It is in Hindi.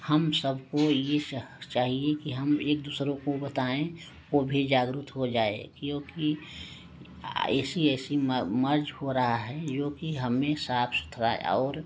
हम सब को ये सब चाहिए कि हम एक दूसरे को बताएं को भी जागृत हो जाएं क्योंकि ऐसी ऐसी मर्ज हो रहा है जो कि हमें साफ सुथरा और